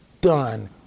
done